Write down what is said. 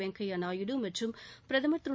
வெங்கைய நாயுடு மற்றும் பிரதமா் திரு